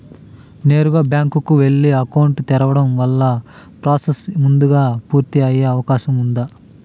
నేరుగా బ్యాంకు కు వెళ్లి అకౌంట్ తెరవడం వల్ల ప్రాసెస్ ముందుగా పూర్తి అయ్యే అవకాశం ఉందా?